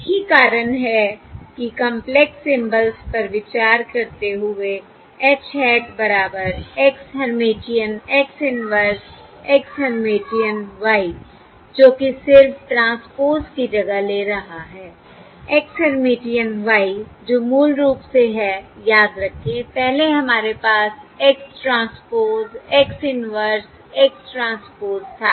यही कारण है कि कंपलेक्स सिंबल्स पर विचार करते हुए H hat बराबर X Hermitian X inverse X Hermitian Y जो कि सिर्फ़ ट्रांसपोज़्ड की जगह ले रहा है X हर्मिटियन Y जो मूल रूप से है याद रखें पहले हमारे पास X transpose X inverse X transpose था